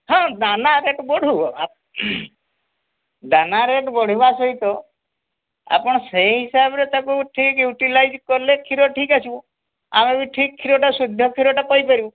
ହଁ ଦାନା ରେଟ୍ ବଢ଼ୁ ଆପ ଦାନା ରେଟ୍ ବଢ଼ିବା ସହିତ ଆପଣ ସେହି ହିସାବରେ ତାକୁ ଠିକ୍ ୟୁଟିଲାଇଜ୍ କଲେ କ୍ଷୀର ଠିକ୍ ଆସିବ ଆମେ ବି ଠିକ୍ କ୍ଷୀରଟା ଶୁଦ୍ଧ କ୍ଷୀରଟା ପାଇ ପାରିବୁ